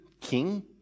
king